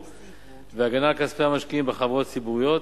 והגנה על כספי המשקיעים בחברות ציבוריות,